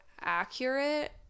accurate